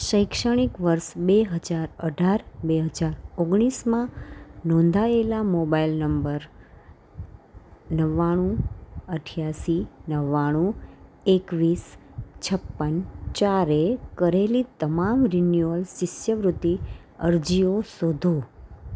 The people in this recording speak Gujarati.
શૈક્ષણિક વર્ષ બે હજાર અઢાર બે હજાર ઓગણીસમાં નોંધાયેલા મોબાઈલ નંબર નવ્વાણું અઠ્ઠાસી નવ્વાણું એકવીસ છપ્પન ચારે કરેલી તમામ રિન્યુઅલ શિષ્યવૃત્તિ અરજીઓ શોધો